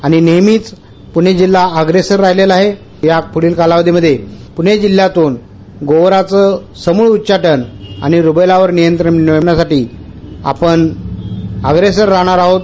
आणि नेहमीच पुणे जिल्हा अप्रेसर राहिलेला आहे यापुढील कालावधीमध्ये पुणे जिल्ह्यातून गोवराचं समूळ उच्चाटन आणि रुबेलावर नियंत्रण मिळविण्यासाठी आपण अग्रेसर राहणार आहोत